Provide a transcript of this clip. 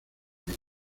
misa